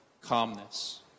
calmness